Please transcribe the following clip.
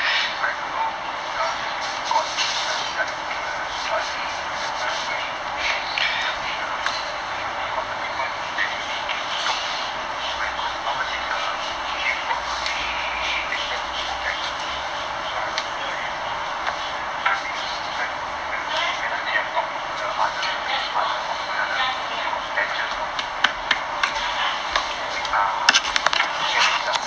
I don't know who else got expressed their interest but at that time when this the the so called the people in that unit came to talk to my because ours is a shift work mah so we take turns to go back so I'm not sure if err when we go back when whether they have talked to the other other of my other so called batches ah err camp mates ah